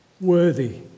Worthy